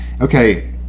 okay